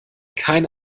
kein